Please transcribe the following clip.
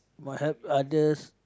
must help others